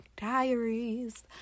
diaries